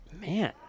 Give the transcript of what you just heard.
man